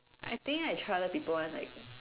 I think I tried other people one like